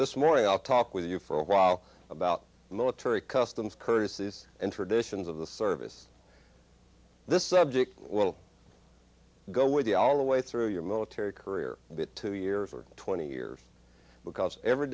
this morning i'll talk with you for a while about the military customs courtesies and traditions of the service this subject will go with the all the way through your military career bit two years or twenty years because every